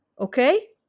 Okay